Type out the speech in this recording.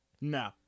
No